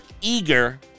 eager